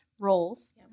roles